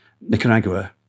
Nicaragua